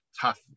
tough